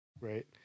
right